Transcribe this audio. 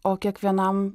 o kiekvienam